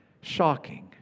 shocking